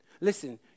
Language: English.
Listen